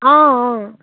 অঁ অঁ